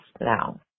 now